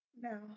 No